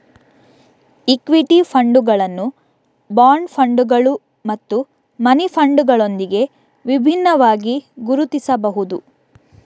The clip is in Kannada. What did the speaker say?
ಇಕ್ವಿಟಿ ಫಂಡುಗಳನ್ನು ಬಾಂಡ್ ಫಂಡುಗಳು ಮತ್ತು ಮನಿ ಫಂಡುಗಳೊಂದಿಗೆ ವಿಭಿನ್ನವಾಗಿ ಗುರುತಿಸಬಹುದು